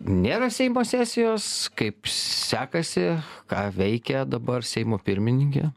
nėra seimo sesijos kaip sekasi ką veikia dabar seimo pirmininkė